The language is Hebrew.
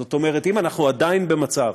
זאת אומרת, אם אנחנו עדיין במצב